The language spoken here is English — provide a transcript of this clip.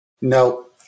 No